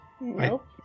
Nope